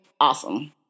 awesome